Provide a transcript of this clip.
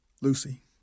Lucy